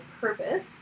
purpose